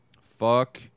Fuck